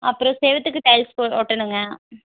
அப்புறம் செவத்துக்கு டைல்ஸ் போக ஒட்டணுங்க